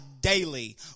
daily